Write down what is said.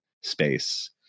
space